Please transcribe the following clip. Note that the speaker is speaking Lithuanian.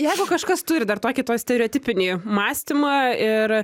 jeigu kažkas turi dar tokį stereotipinį mąstymą ir